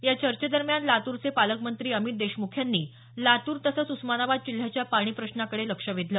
या चर्चेदरम्यान लातूरचे पालकमंत्री अमित देशमुख यांनी लातूर तसंच उस्मानाबाद जिल्ह्याच्या पाणी प्रश्नाकडे लक्ष वेधलं